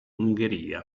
ungheria